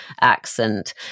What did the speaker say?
accent